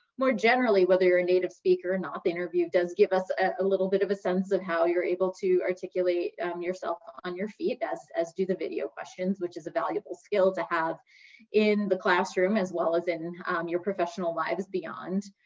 more generally, whether you're a native speaker or not, the interview does give us a little bit of a sense of how you're able to articulate yourself on your feet as to the video questions, which is a valuable skill to have in the classroom, as well as in um your professional lives beyond.